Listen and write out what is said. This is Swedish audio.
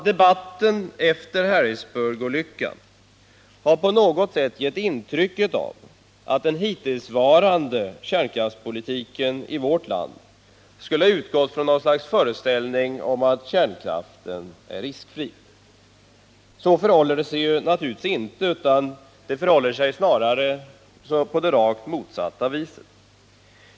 Debatten efter Harrisburgolyckan har på något sätt gett intryck av att den hittillsvarande kärnkraftspolitiken i vårt land skulle ha utgått från något slags föreställning om att kärnkraften är riskfri. Så förhåller det sig naturligtvis inte, snarare tvärtom.